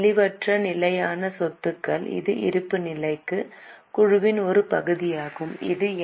தெளிவற்ற நிலையான சொத்துக்கள் இது இருப்புநிலைக் குழுவின் ஒரு பகுதியாகும் இது என்